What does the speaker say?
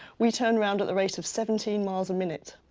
we turn around at the rate of seventeen miles a minute.